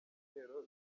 igitero